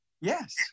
Yes